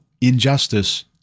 injustice